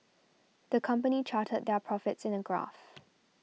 the company charted their profits in a graph